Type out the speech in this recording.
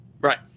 Right